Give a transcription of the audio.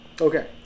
Okay